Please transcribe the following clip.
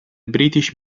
british